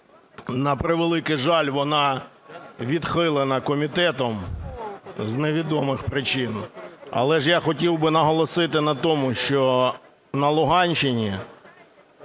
На превеликий жаль, вона відхилена комітетом з невідомих причин. Але ж я хотів би наголосити на тому, що на Луганщині